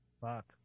Fuck